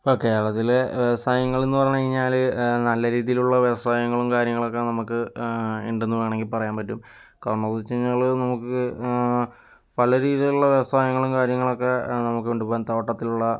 ഇപ്പോൾ കേരളത്തില് വ്യവസായങ്ങളെന്ന് പറഞ്ഞു കഴിഞ്ഞാല് നല്ല രീതിയിലുള്ള വ്യവസായങ്ങളും കാര്യങ്ങളൊക്കെ നമുക്ക് ഉണ്ടെന്നു വേണമെങ്കിൽ പറയാൻ പറ്റും കാരണമെന്താ വെച്ച് കഴിഞ്ഞാൽ നമ്മള് നമുക്ക് പല രീതിയിലുള്ള വ്യവസായങ്ങളും കാര്യങ്ങളൊക്കെ നമുക്ക് കൊണ്ടുപോകാൻ തോട്ടത്തിലുള്ള